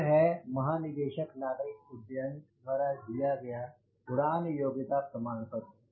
यह है महानिदेशक नागरिक उड्डयन द्वारा दिया गया उड़ान योग्यता प्रमाणपत्र